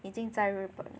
已经在日本了